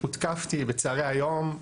הותקפתי בצהרי היום,